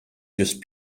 just